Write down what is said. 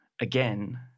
again